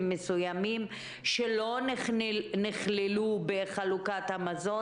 מסוימים שלא נכללו בחלוקת המזון.